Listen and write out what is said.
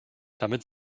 damit